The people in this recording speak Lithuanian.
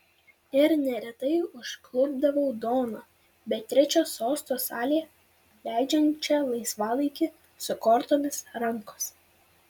ir neretai užklupdavau doną beatričę sosto salėje leidžiančią laisvalaikį su kortomis rankose